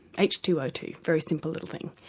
h two o two a very simple little thing,